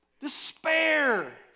Despair